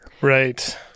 Right